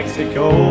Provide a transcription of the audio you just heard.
Mexico